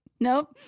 nope